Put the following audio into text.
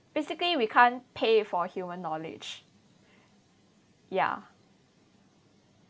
basically we can't pay for human knowledge ya